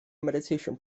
meditation